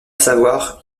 savoir